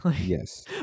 Yes